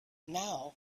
now